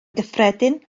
gyffredin